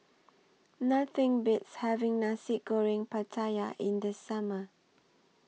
Nothing Beats having Nasi Goreng Pattaya in The Summer